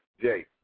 Jay